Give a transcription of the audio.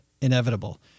inevitable